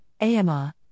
AMR